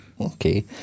okay